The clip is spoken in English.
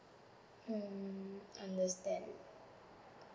mm understand